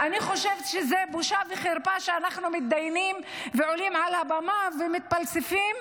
אני חושבת שזו בושה וחרפה שאנחנו מתדיינים ועולים על הבמה ומתפלספים,